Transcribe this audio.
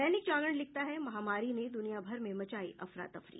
दैनिक जागरण लिखता है महामारी ने दुनिया भर में मचायी अफरा तफरी